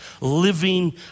living